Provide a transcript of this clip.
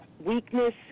weakness